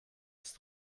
ist